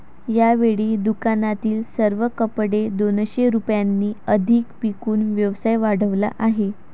यावेळी दुकानातील सर्व कपडे दोनशे रुपयांनी अधिक विकून व्यवसाय वाढवला आहे